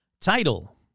Title